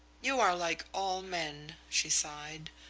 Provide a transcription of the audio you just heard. you are like all men, she sighed.